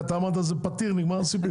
כי אמרת שזה פתיר ונגמר הסיפור.